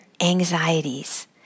anxieties